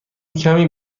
کمی